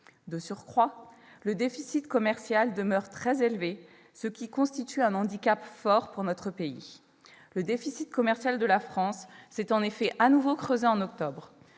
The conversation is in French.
De surcroît, le déficit commercial demeure très élevé, ce qui constitue un handicap fort pour notre pays. Il s'est en effet de nouveau creusé en octobre.